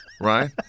Right